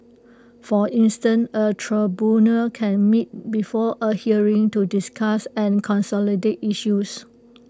for instance A tribunal can meet before A hearing to discuss and consolidate issues